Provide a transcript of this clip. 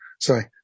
sorry